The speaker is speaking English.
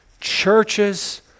Churches